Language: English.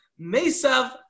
Mesav